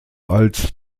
als